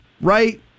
right